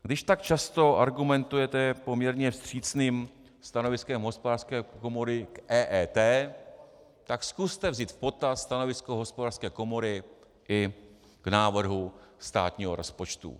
Když tak často argumentujete poměrně vstřícným stanoviskem Hospodářské komory k EET, tak zkuste vzít v potaz stanovisko Hospodářské komory i k návrhu státního rozpočtu.